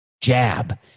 jab